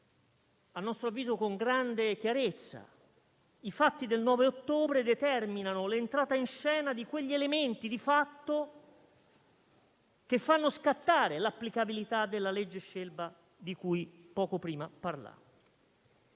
a nostro avviso con grande chiarezza, i fatti del 9 ottobre determinano l'entrata in scena di quegli elementi di fatto che fanno scattare l'applicabilità della legge Scelba appena menzionata.